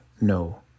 no